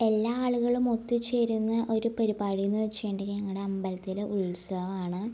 എല്ലാ ആളുകളും ഒത്തുചേരുന്ന ഒരു പരിപാടീന്നെച്ചുട്ടുണ്ടെങ്കിൽ ഞങ്ങളുടെ അമ്പലത്തിലെ ഉത്സവമാണ്